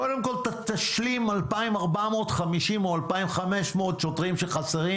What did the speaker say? קודם כול תשלים 2,500-2,450 שוטרים וקצינים שחסרים,